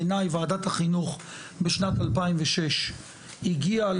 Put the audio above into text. בעיני ועדת החינוך בשנת 2006 הגיעה